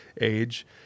age